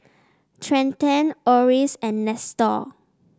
Trenten Orris and Nestor